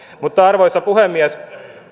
arvoisa puhemies